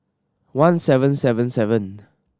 one seven seven seven